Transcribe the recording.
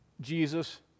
Jesus